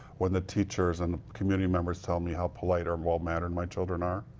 when the teachers and community members tell me how polite or and well-mannered my children are.